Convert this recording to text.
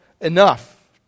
enough